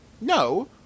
No